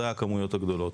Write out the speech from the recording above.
זה היה הכמויות הגדולות.